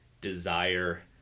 desire